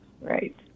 right